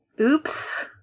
Oops